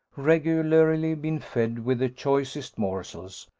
regularly been fed with the choicest morsels,